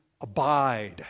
abide